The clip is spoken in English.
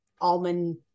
almond